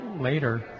later